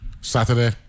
Saturday